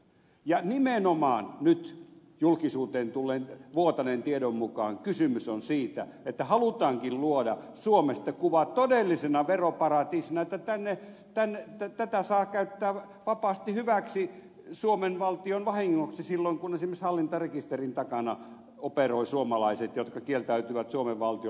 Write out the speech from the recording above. ja nyt julkisuuteen vuotaneen tiedon mukaan kysymys on nimenomaan siitä että halutaankin luoda suomesta kuva todellisena veroparatiisina että tätä saa käyttää vapaasti hyväksi suomen valtion vahingoksi silloin kun esimerkiksi hallintarekisterin takana operoivat suomalaiset jotka kieltäytyvät veronmaksusta suomen valtiolle